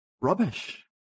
Rubbish